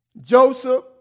Joseph